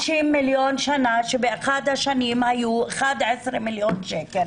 50 מיליון שקלים שבאחת השנים היו 11 מיליון שקלים